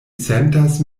sentas